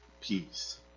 peace